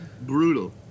Brutal